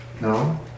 No